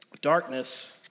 Darkness